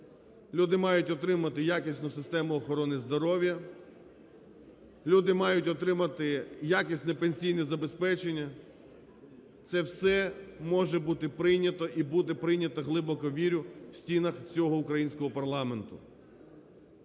люди мають отримати якісну систему охорони здоров'я, люди мають отримати якісне пенсійне забезпечення. Це все може бути прийнято і буде прийнято, глибоко вірю, в стінах цього українського парламенту.